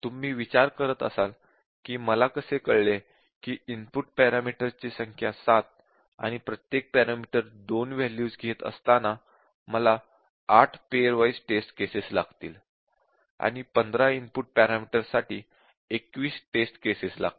तुम्ही विचार करत असाल की मला कसे कळले की इनपुट पॅरामीटर्स ची संख्या 7 आणि प्रत्येक इनपुट पॅरामीटर 2 वॅल्यूज घेत असताना मला 8 पैर वाइज़ टेस्ट केसेस लागतील आणि 15 इनपुट पॅरामीटर्स साठी 21 टेस्ट केसेस लागतील